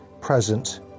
present